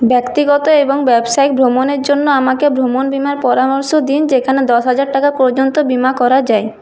ব্যক্তিগত এবং ব্যবসায়িক ভ্রমণের জন্য আমাকে ভ্রমণ বিমার পরামর্শ দিন যেখানে দশ হাজার টাকা পর্যন্ত বিমা করা যায়